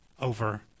over